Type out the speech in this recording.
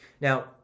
now